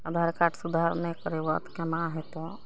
आधार कार्ड सुधार नहि करेबऽ तऽ केना हेतौ